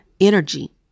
energy